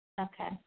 Okay